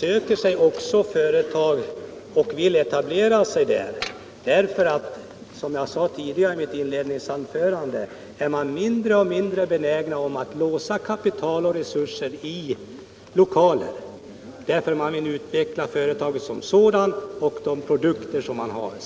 vill även företagen etablera sig där. Som jag sade i mitt inledningsanförande är man nämligen mindre och mindre benägen att låsa kapital och resurser i lokaler, eftersom man vill utveckla företaget som sådant och de produkter man tillverkar.